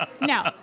No